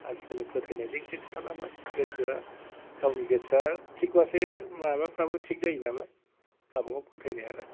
आजिखालि फोथायनाय जोंसो खोथा नालाय गोसोया गावनि गोसोया थिग बासो माबाफ्राबो थिग जायो नालाय गावबागाव फोथायनाय आरो